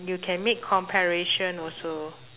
you can make comparation also